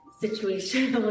situation